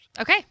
Okay